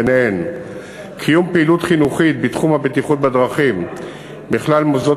ביניהן קיום פעילות חינוכית בתחום הבטיחות בדרכים בכלל מוסדות